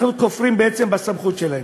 אנחנו כופרים בעצם בסמכות שלהם.